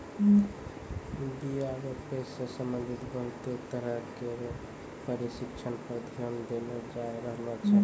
बीया रोपै सें संबंधित बहुते तरह केरो परशिक्षण पर ध्यान देलो जाय रहलो छै